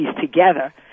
together